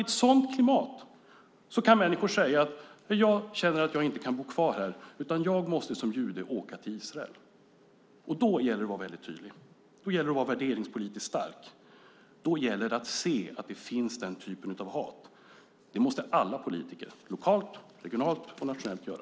I ett sådant klimat är det klart att människor kan säga att de känner att de inte kan bo kvar här utan att de som judar måste åka till Israel. Då gäller det att vara tydlig och värderingspolitiskt stark. Då gäller det att se att den typen av hat finns. Det måste alla politiker, lokalt, regionalt och nationellt, göra.